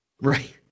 Right